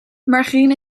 margarine